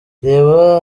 reba